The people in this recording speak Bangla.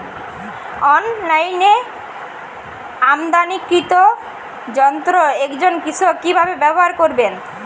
অনলাইনে আমদানীকৃত যন্ত্র একজন কৃষক কিভাবে ব্যবহার করবেন?